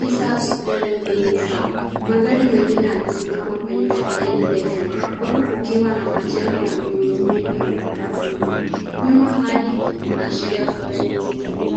902S. Magari mengine yamesimama kwenye foleni ndefu, huku kukiwa na majengo na miundo mbinu ya barabara nyuma. Nyuma hali inaashiria foleni nzito mjini.